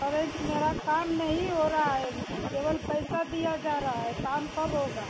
अरे जी मेरा काम नहीं हो रहा है केवल पैसा दिया जा रहा है काम कब होगा